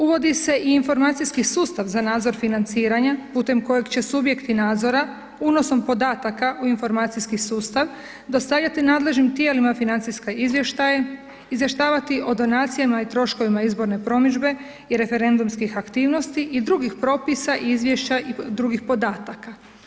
Uvodi se i informacijski sustav za nadzor financiranja putem kojeg će subjekti nadzora unosom podataka u informacijski sustav, dostavljati nadležnim tijelima financijska izvještaje, izvještavati o donacijama i troškovima izborne promidžbe i referendumskih aktivnosti i drugih propisa, izvješća i drugih podataka.